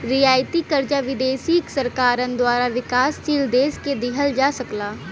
रियायती कर्जा विदेशी सरकारन द्वारा विकासशील देश के दिहल जा सकला